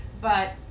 But-